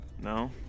no